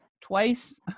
twice